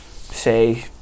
say